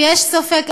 אם יש ספק,